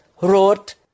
wrote